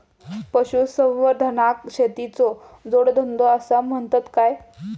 पशुसंवर्धनाक शेतीचो जोडधंदो आसा म्हणतत काय?